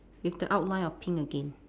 with the outline of pink again